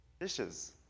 dishes